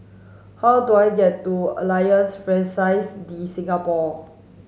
how do I get to Alliance Francaise de Singapour